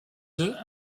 œufs